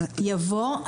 יבוא,